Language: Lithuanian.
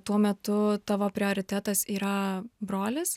tuo metu tavo prioritetas yra brolis